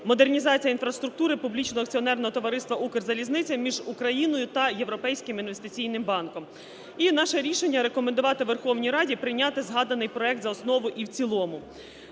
акціонерного товариства "Укрзалізниця") між Україною та Європейським інвестиційним банком. І наше рішення – рекомендувати Верховній Раді прийняти згаданий проект за основу і в цілому.